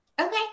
Okay